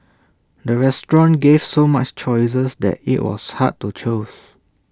the restaurant gave so many choices that IT was hard to choose